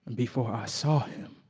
and before i saw him,